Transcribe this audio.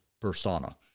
persona